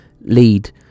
lead